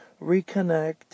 reconnect